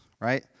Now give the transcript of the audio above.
right